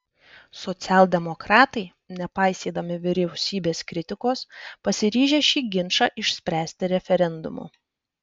socialdemokratai nepaisydami vyriausybės kritikos pasiryžę šį ginčą išspręsti referendumu